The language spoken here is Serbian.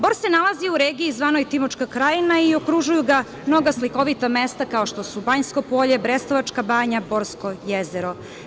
Bor se nalazi u regiji zvanoj Timočka krajina i okružuju ga mnoga slikovita mesta, kao što su Banjsko polje, Brestovačka banja, Borsko jezero.